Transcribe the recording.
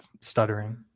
stuttering